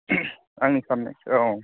आंनि साननायसो औ